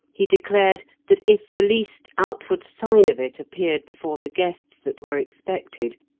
he declared that if the least outward sign of it appeared before the guests that were expected,